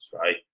right